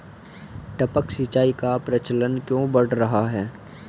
टपक सिंचाई का प्रचलन क्यों बढ़ रहा है?